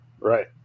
Right